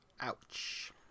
Ouch